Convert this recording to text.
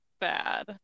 bad